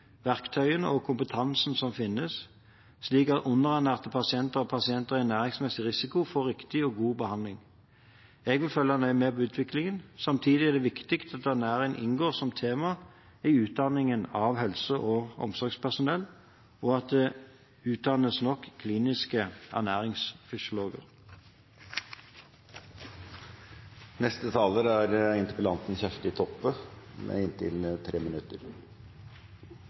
verktøyene og kompetansen som finnes, slik at underernærte pasienter og pasienter i ernæringsmessig risiko får riktig og god behandling. Jeg vil følge nøye med på utviklingen. Samtidig er det viktig at ernæring inngår som tema i utdanningene av helse- og omsorgspersonell, og at det utdannes nok kliniske ernæringsfysiologer. Eg takkar statsråden for svaret. Svaret er